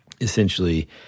essentially